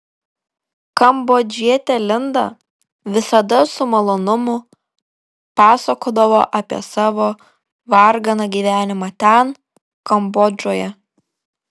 kambodžietė linda visada su malonumu pasakodavo apie savo varganą gyvenimą ten kambodžoje